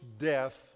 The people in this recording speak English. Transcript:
death